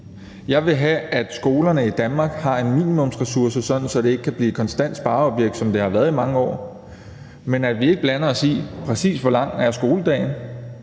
Jeg vil have, at skolerne i Danmark har en minimumsressource, sådan at det ikke kan blive et konstant spareobjekt, som det har været i mange år, men at vi ikke blander os i, præcis hvor lang skoledagen